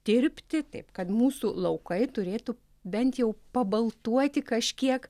tirpti taip kad mūsų laukai turėtų bent jau pabaltuoti kažkiek